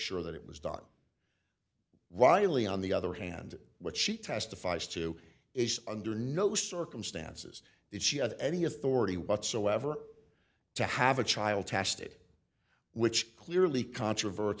sure that it was done riley on the other hand what she testifies to is under no circumstances that she had any authority whatsoever to have a child tested which clearly controver